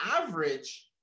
average